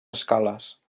escales